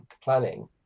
planning